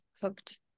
hooked